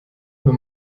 über